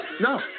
No